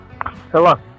Hello